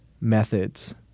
methods